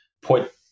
put